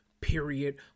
period